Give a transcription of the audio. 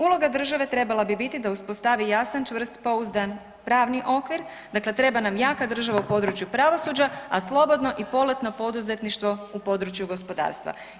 Uloga države trebala bi biti da uspostavi jasan, čvrst, pouzdan pravni okvir, dakle treba nam jaka država u području pravosuđa, a slobodno i poletno poduzetništvo u području gospodarstva.